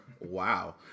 Wow